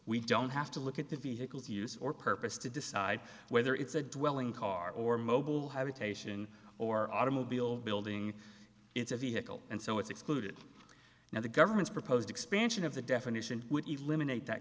we don't have to look at the vehicles use or purpose to decide whether it's a dwelling car or mobile habitation or automobile building it's a vehicle and so it's excluded now the government's proposed expansion of the definition would eliminate that